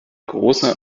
großer